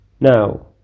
Now